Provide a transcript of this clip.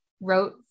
wrote